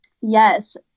Yes